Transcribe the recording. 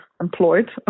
employed